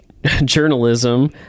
journalism